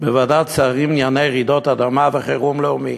בוועדת השרים לענייני רעידות אדמה וחירום לאומי.